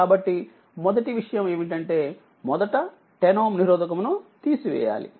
కాబట్టి మొదటి విషయం ఏమిటంటేమొదట10 Ω నిరోధకము ను తీసివేయాలి